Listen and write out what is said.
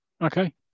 Okay